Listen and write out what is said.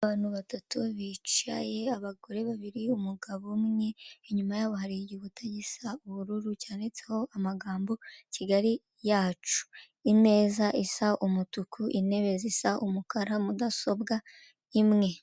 Abantu batatu bicaye abagore babiri umugabo umwe, inyuma yabo hari igihuta gisa ubururu cyanditseho amagambo Kigali yacu, imeza isa umutuku, intebe zisa umukara, mudasobwa imwe.